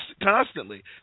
constantly